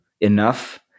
enough